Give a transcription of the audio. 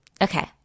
Okay